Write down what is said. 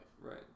Right